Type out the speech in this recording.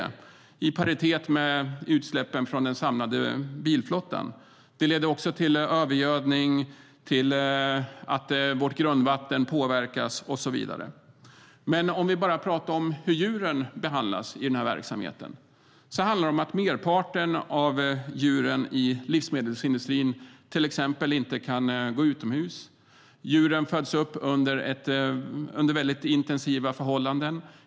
Det är i paritet med utsläppen från den samlade bilflottan. Det leder också till övergödning, till att vårt grundvatten påverkas och så vidare. När det gäller hur djuren behandlas i den här verksamheten kan till exempel merparten av djuren inom livsmedelsindustrin inte gå utomhus. Djuren föds upp under intensiva förhållanden.